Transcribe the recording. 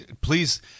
please